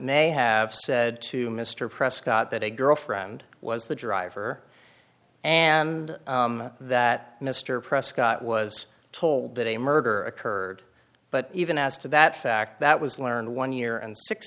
may have said to mr prescott that a girlfriend was the driver and that mr prescott was told that a murder occurred but even as to that fact that was learned one year and six